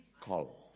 call